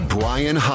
Brian